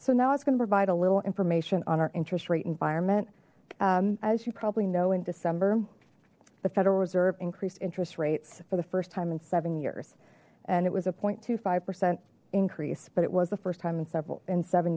so now it's going to provide a little information on our interest rate environment as you probably know in december the federal reserve increased interest rates for the first time in seven years and it was zero point two five percent increase but it was the first time in several in seven